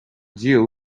deal